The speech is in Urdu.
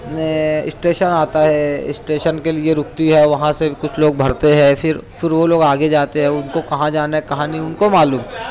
نئے اسٹیشن آتا ہے اسٹیشن کے لیے رکتی ہے وہاں سے بھی کچھ لوگ بھرتے ہیں پھر پھر وہ لوگ آگے جاتے ہیں ان کو کہاں جانا ہے کہاں نہیں ان کو معلوم